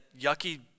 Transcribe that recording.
yucky